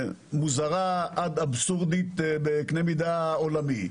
מוזרה עד אבסורדית בקנה מידה עולמי.